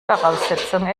voraussetzung